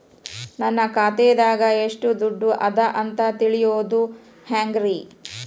ನನ್ನ ಖಾತೆದಾಗ ಎಷ್ಟ ದುಡ್ಡು ಅದ ಅಂತ ತಿಳಿಯೋದು ಹ್ಯಾಂಗ್ರಿ?